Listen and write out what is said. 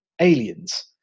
aliens